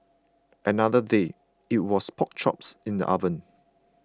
another day it was pork chops in the oven